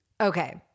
Okay